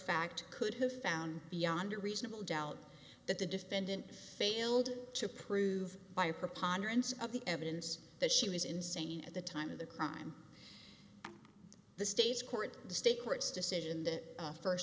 fact could have found beyond a reasonable doubt that the defendant failed to prove by a preponderance of the evidence that she was insane at the time of the crime the states court the state court's decision that a first